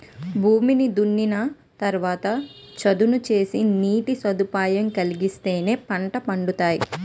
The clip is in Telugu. భూమిని దున్నిన తరవాత చదును సేసి నీటి సదుపాయం కలిగిత్తేనే పంటలు పండతాయి